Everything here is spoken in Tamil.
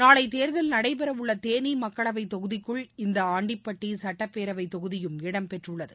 நாளைதேர்தல் நடைபெறவுள்ளதேனிமக்களவைத் தொகுதிக்குள் இந்தஆண்டிப்பட்டிசட்டப்பேரவைத் தொகுதியும் இடம்பெற்றுள்ளது